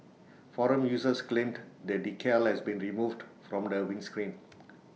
forum users claimed the decal has been removed from the windscreen